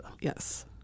Yes